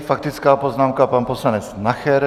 Faktická poznámka pan poslanec Nacher.